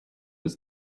ist